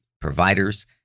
providers